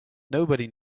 nobody